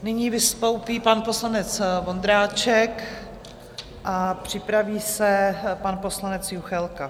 Nyní vystoupí pan poslanec Vondráček a připraví se pan poslanec Juchelka.